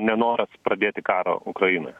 nenoras pradėti karo ukrainoje